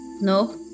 No